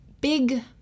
big